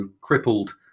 crippled